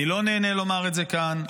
אני לא נהנה לומר את זה כאן,